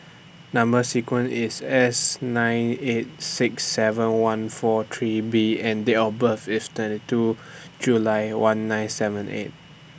Number sequence IS S nine eight six seven one four three B and Date of birth IS twenty two July one nine seven eight